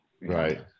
Right